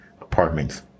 apartments